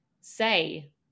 say